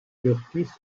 kurtis